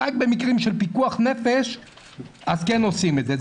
רק במקרים של פיקוח נפש אז כן עושים את זה.